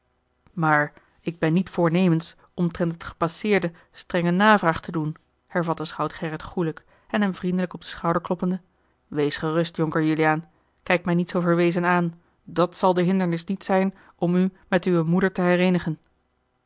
maar ik ben niet voornemens omtrent het gepasseerde strenge navraag te doen hervatte schout gerrit goelijk en hem vriendelijk op den schouder kloppende wees gerust jonker juliaan kijk mij niet zoo verwezen aan dàt zal de hindernis niet zijn om u met uwe moeder te